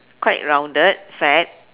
quite rounded fat